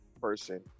person